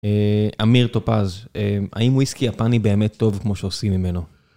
אהה…אמיר טופז, האם וויסקי יפני באמת טוב כמו שעושים ממנו?